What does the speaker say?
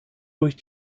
durch